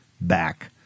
back